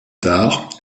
tard